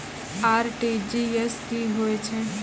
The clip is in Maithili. आर.टी.जी.एस की होय छै?